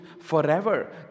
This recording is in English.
forever